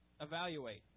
evaluate